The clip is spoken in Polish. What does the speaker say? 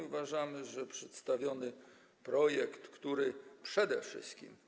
Uważamy, że przedstawiony projekt, który przede wszystkim.